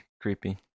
creepy